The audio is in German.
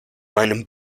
meinem